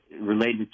Related